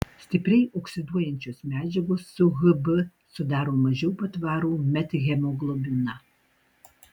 stipriai oksiduojančios medžiagos su hb sudaro mažiau patvarų methemoglobiną